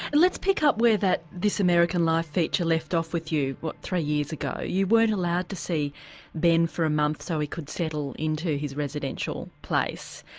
let's pick up where that this american life feature left off with you three years ago. you weren't allowed to see ben for a month so he could settle in to his residential place,